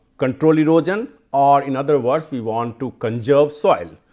control erosion or in other words we want to conserve soil.